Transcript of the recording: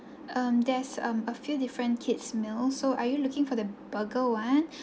um there's um a few different kids meal so are you looking for the burger one